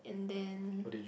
and then